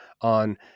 on